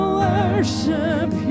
worship